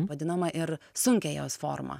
vadinama ir sunkią jos formą